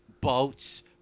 boats